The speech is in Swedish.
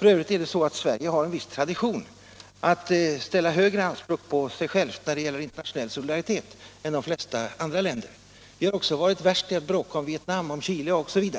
F. ö. har Sverige en viss tradition att ställa högre anspråk på sig självt än de flesta andra länder när det gäller internationell solidaritet. Vi har också varit värst i att bråka om Vietnam, Chile osv.,